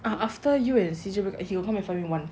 after you and C_J broke up he got come and find me once